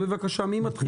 אז בבקשה מי מתחיל?